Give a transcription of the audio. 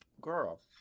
Girl